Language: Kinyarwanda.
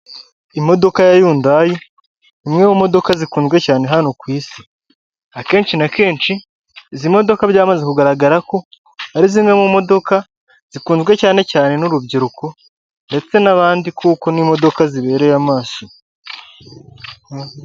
Imodoka ya yundayi imwe mu modoka zikunzwe cyane hano ku isi, akenshi na kenshi izi modoka byamaze kugaragara ko ari zimwe mu modoka zikunzwe cyane cyane n'urubyiruko, ndetse n'abandi kuko n'imodoka zibereye amaso.